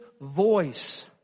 voice